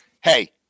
Hey